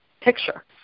picture